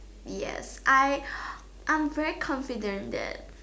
yes I I'm very confident that